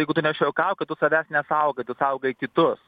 jeigu tu nešioji kaukę tu savęs nesaugai tu saugai kitus